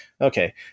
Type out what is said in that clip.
Okay